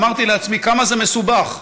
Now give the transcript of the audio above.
אמרתי לעצמי: כמה זה מסובך?